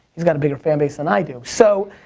he's got a bigger fan base than i do. so,